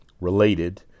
Related